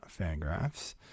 Fangraphs